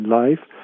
life